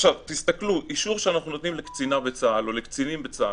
תסתכלו על אישור שאנחנו נותנים לקצינה או לקצינים בצה"ל.